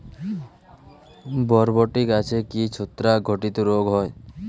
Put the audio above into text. বরবটি গাছে কি ছত্রাক ঘটিত রোগ হয়?